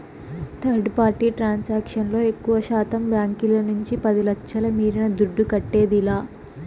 third party transaction లో ఎక్కువశాతం బాంకీల నుంచి పది లచ్ఛల మీరిన దుడ్డు కట్టేదిలా